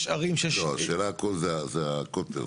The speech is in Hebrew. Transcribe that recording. השאלה זה הקוטר.